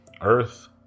Earth